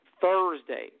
Thursday